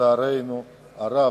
לצערנו הרב.